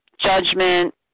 judgment